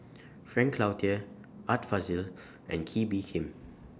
Frank Cloutier Art Fazil and Kee Bee Khim